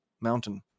mountain